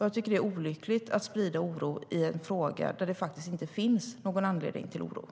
Jag tycker att det är olyckligt att man sprider oro i en fråga där det faktiskt inte finns någon anledning till oro.